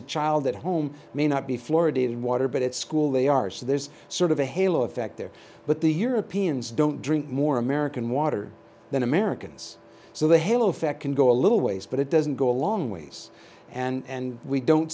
a child at home may not be florid in water but at school they are so there's sort of a halo effect there but the europeans don't drink more american water than americans so the halo effect can go a little ways but it doesn't go a long ways and we don't